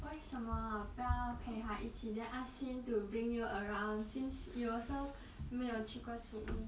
为什么不要陪他一起 then ask him to bring you around since you also 没有去过 sydney